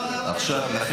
מותר להעלות מכבי אש?